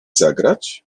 zagrać